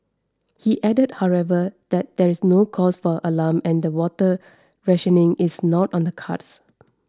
he added however that there is no cause for alarm and the water rationing is not on the cards